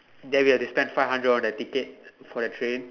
that we have to spend five hundred on the ticket for the train